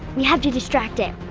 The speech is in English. we have to distract it.